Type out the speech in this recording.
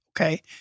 Okay